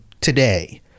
today